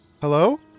Hello